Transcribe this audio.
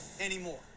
anymore